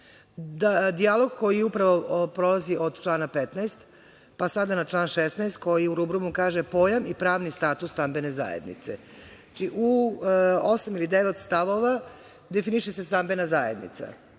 koji upravo prolazi od člana 15, pa sada na član 16, koji u rubrumu kaže – pojam i pravni status stambene zajednice. Znači, u osam ili devet stavova definiše se stambena zajednica,